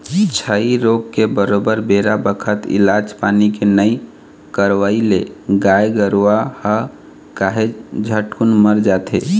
छई रोग के बरोबर बेरा बखत इलाज पानी के नइ करवई ले गाय गरुवा ह काहेच झटकुन मर जाथे